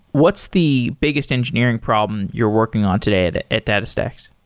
what's the biggest engineering problem you're working on today at at datastax?